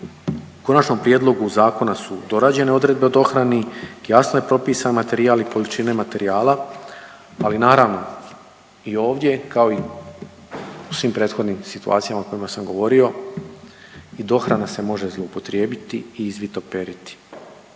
konačnom prijedlogu zakona su dorađene odredbe o dohrani, jasno je propisan materijal i količine materijala. Ali naravno i ovdje kao i u svim prethodnim situacijama o kojima sam govorio i dohrana se može zloupotrijebiti i izvitoperiti